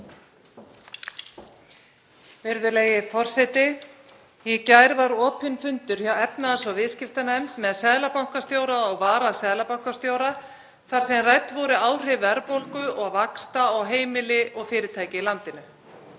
Virðulegi forseti. Í gær var opinn fundur hjá efnahags- og viðskiptanefnd með seðlabankastjóra og varaseðlabankastjóra þar sem rædd voru áhrif verðbólgu og vaxta á heimili og fyrirtæki í landinu.